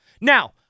Now